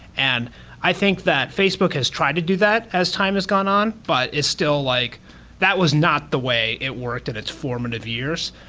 and i think that facebook has tried to do that as time has gone on, but it's still like that was not the way it worked in its formative years.